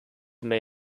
may